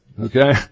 Okay